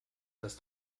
dass